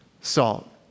salt